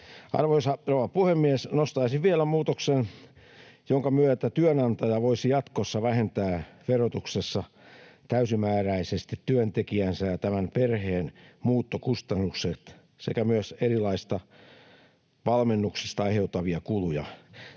rouva puhemies! Nostaisin vielä muutoksen, jonka myötä työnantaja voisi jatkossa vähentää verotuksessa täysimääräisesti työntekijänsä ja tämän perheen muuttokustannukset sekä myös erilaisesta valmennuksesta aiheutuvia kuluja.